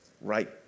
right